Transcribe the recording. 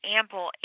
ample